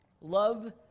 love